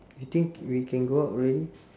you think we can go out already